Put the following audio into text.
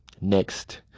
next